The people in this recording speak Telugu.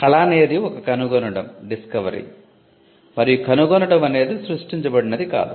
కళ అనేది ఒక కనుగొనటం మరియు కనుగొనటం అనేది సృష్టించబడినది కాదు